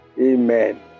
Amen